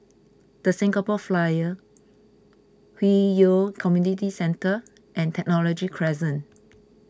the Singapore Flyer Hwi Yoh Community Centre and Technology Crescent